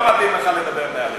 לא מתאים לך לדבר מהלב.